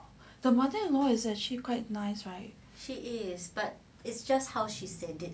the mother in law is actually quite nice right she is but it's just how she said